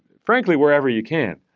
frankly, wherever you can,